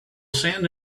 sand